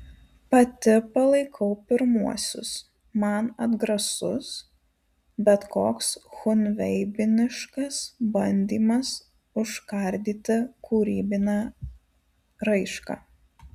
pati palaikau pirmuosius man atgrasus bet koks chunveibiniškas bandymas užkardyti kūrybinę raišką